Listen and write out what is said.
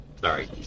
Sorry